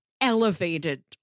elevated